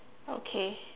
okay